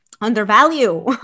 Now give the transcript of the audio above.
undervalue